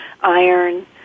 iron